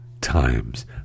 times